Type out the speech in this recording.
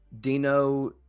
Dino